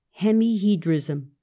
hemihedrism